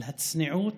על הצניעות,